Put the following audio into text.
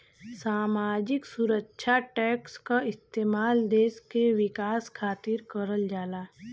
सामाजिक सुरक्षा टैक्स क इस्तेमाल देश के विकास खातिर करल जाला